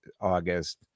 August